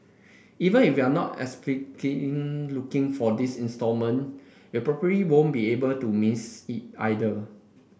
even if you are not explicitly looking for this installment you probably won't be able to miss it either